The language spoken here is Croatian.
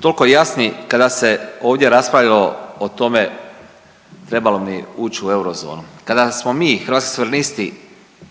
toliko jasni kada se ovdje raspravljalo o tome treba li ući u eurozonu, kada smo mi Hrvatski suverenisti